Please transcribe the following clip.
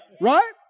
Right